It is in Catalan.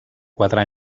quatre